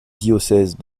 diocèse